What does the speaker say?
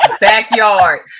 Backyard